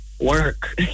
work